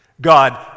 God